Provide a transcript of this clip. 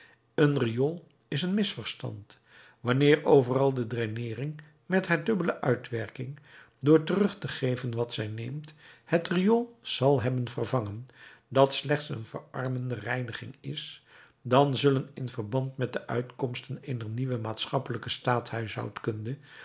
een riool is een misverstand wanneer overal de draineering met haar dubbele uitwerking door terug te geven wat zij neemt het riool zal hebben vervangen dat slechts een verarmende reiniging is dan zullen in verband met de uitkomsten eener nieuwe maatschappelijke